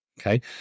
Okay